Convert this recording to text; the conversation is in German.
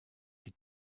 die